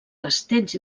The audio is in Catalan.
castells